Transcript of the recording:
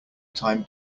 time